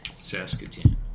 Saskatoon